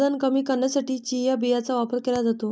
वजन कमी करण्यासाठी चिया बियांचा वापर केला जातो